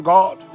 God